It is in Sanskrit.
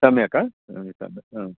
सम्यक्